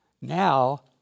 now